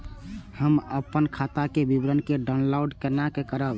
हम अपन खाता के विवरण के डाउनलोड केना करब?